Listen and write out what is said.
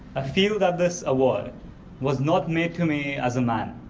feel that this award was not made to me as a man,